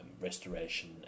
restoration